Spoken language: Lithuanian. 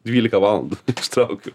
dvylika valandų tik ištraukiu